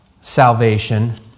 salvation